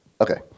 okay